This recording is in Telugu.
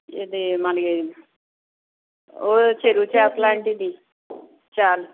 ఇది మనకి ఓ చెరువు చేప లాంటిది చాలు